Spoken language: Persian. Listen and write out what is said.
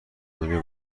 دنیا